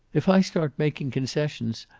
if i start making concession,